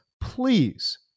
please